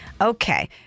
Okay